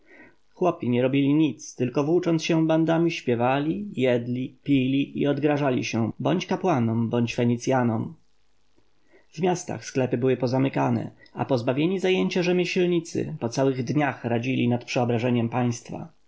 chłopi nie robili nic tylko włócząc się bandami śpiewali jedli pili i odgrażali się bądź kapłanom bądź fenicjanom w miastach sklepy były pozamykane a pozbawieni zajęcia rzemieślnicy po całych dniach radzili nad przeobrażeniem państwa